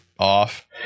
Off